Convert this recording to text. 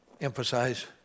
emphasize